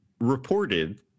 reported